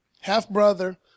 half-brother